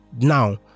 Now